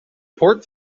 port